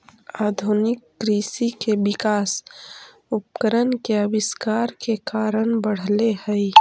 आधुनिक कृषि के विकास उपकरण के आविष्कार के कारण बढ़ले हई